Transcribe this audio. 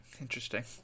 Interesting